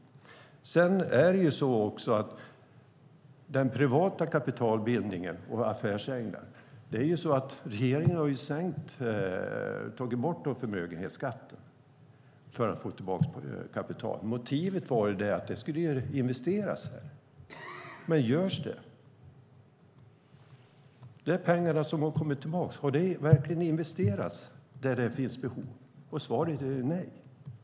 Vad gäller privat kapitalbildning och affärsänglar tog regeringen bort förmögenhetsskatten för att få tillbaka kapital. Motivet var att det skulle investeras här. Men har de pengar som kommit tillbaka verkligen investerats där det finns behov? Svaret är nej.